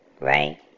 right